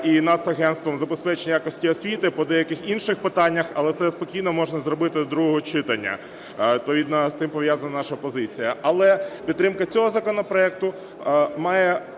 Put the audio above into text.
і Нацагентством із забезпечення якості освіти, по деяких інших питаннях. Але це спокійно можна зробити до другого читання, відповідно з тим пов'язана наша позиція. Але підтримка цього законопроекту має